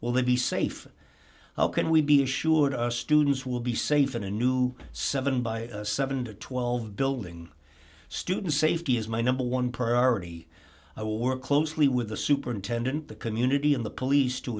will they be safe how can we be assured us students will be safe in a new seven by seven dollars to twelve dollars building student safety is my number one priority i will work closely with the superintendent the community and the police to